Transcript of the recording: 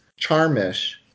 Charmish